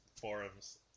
forums